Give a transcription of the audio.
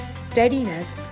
steadiness